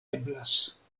eblas